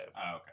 okay